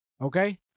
Okay